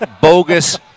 bogus